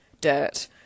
dirt